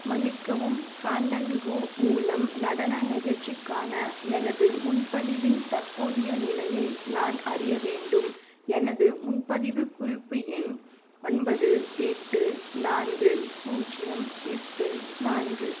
மன்னிக்கவும் ஃபாண்டன்கோ மூலம் நடன நிகழ்ச்சிக்கான எனது முன்பதிவின் தற்போதைய நிலையை நான் அறிய வேண்டும் எனது முன்பதிவு குறிப்பு எண் ஒன்பது எட்டு நான்கு பூஜ்ஜியம் எட்டு நான்கு